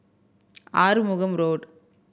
Arumugam Road